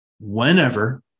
whenever